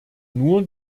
nur